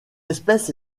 espèce